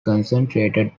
concentrated